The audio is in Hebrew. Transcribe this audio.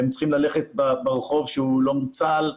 והם צריכים ללכת ברחוב שהוא לא מוצל.